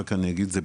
רק אני אגיד את זה,